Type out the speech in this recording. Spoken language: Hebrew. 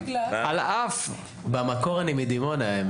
במקור אני מדימונה.